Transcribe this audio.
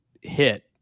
hit